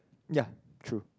ya true